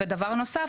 ודבר נוסף,